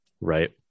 right